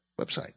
website